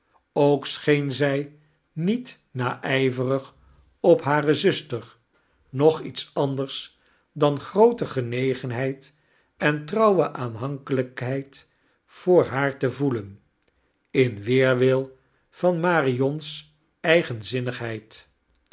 ook scheen zij niet naijverig op hare zuster noch iets anders dan groote genegenhedd en trauwe aanhankelijkheid voor haar te voelen in weearwil van marion's eigenzimnigheid